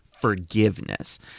forgiveness